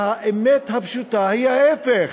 והאמת הפשוטה היא ההפך: